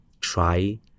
try